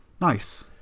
Nice